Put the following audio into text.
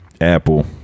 Apple